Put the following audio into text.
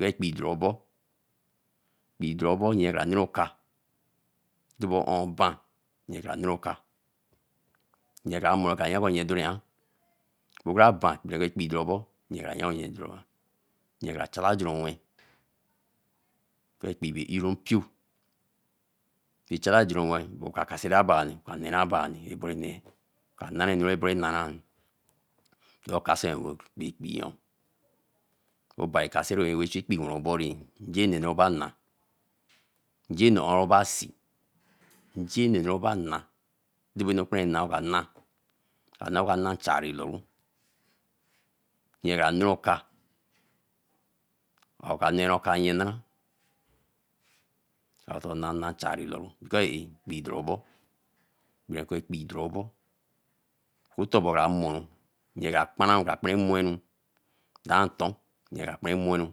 re elaps dorobo dobo õõ ba kaa aja ka mo áo ra ba do ddori da ave re aye aye elapi dorobo nye one Kaa ka ko ne okaa nye elapi dor da espi dorobo eya ke chale dorrawe el na aye Jelapi be srompio be chata jeronwe sira baani baa nne ra baani bee ka naeriu bee draama do kaseru kppilapi yo Obari Kastery kaseru echu ekpi wo obo ti rije enu bàa nãa nje nno õõ aoo ka naa clari loru aye ka ne oka aõ ka ne oka nye nãa ato nnana chari loru bi ko eáéa ekpi do ru mbo bere ko ekpi dorobo wotoro bo nye kãa kpara ekaa kpei moru wenu daa nto kaã kple moru.